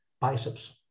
biceps